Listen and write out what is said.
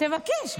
תבקש.